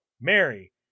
Mary